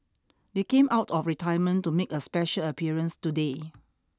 they came out of retirement to make a special appearance today